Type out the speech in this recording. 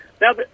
Now